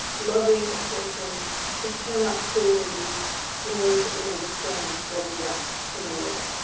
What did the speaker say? loving a person who cannot clearly in ways that we understand love you back in any way.